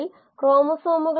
മറ്റ് പല മോഡലുകളും ലഭ്യമാണ്